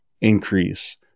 increase